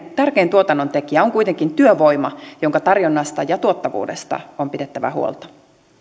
tärkein tuotannon tekijä on kuitenkin työvoima jonka tarjonnasta ja tuottavuudesta on pidettävä huolta